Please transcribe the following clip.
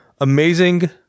Amazing